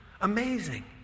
Amazing